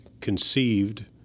conceived